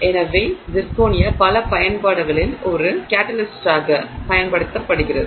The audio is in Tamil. எனவே சிர்கோனியா பல பயன்பாடுகளில் ஒரு கேட்டலிஸ்ட்டாகப் பயன்படுத்தப்படுகிறது